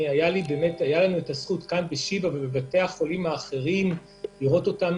הייתה לנו הזכות בשיבא ובבתי חולים אחרים לראות אותם